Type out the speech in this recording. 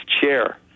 chair